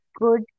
good